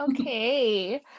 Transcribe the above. okay